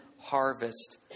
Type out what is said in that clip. harvest